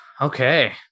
Okay